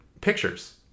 pictures